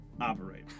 Operate